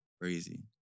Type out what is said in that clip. crazy